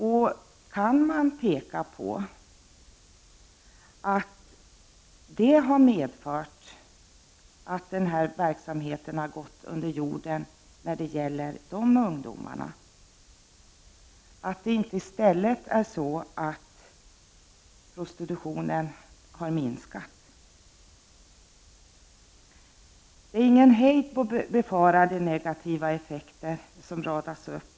Man kan fråga sig om detta har medfört att verksamheten med prostitution av ungdomar under 18 år har gått under jorden eller om det inte i stället förhåller sig så att denna form av prostitution har minskat. Det är ingen hejd på befarade negativa effekter av en kriminalisering som radas upp.